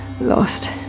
lost